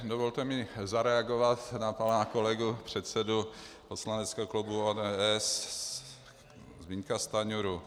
Dovolte mi zareagovat na pana kolegu předsedu poslaneckého klubu ODS Zbyňka Stanjuru.